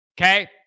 Okay